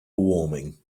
warming